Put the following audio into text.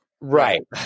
Right